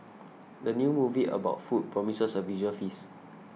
the new movie about food promises a visual feast